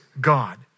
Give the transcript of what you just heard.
God